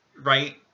right